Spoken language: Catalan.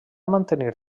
mantenir